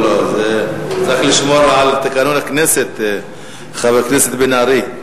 צריך לשמור על תקנון הכנסת, חבר הכנסת בן-ארי.